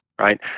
right